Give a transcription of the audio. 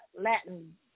Latin